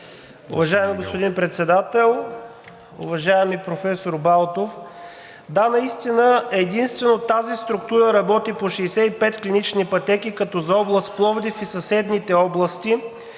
Уважаеми господин Председател, уважаеми професор Балтов! Да, наистина единствено тази структура работи по 65 клинични пътеки, като за област Пловдив и съседните области